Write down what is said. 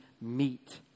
meet